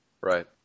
Right